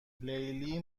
لیلی